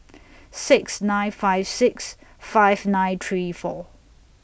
six nine five six five nine three four